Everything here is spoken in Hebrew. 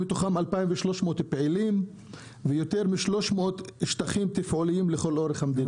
ומתוכם 2,300 פעילים ויותר מ-300 שטחים תפעוליים לכל אורך המדינה.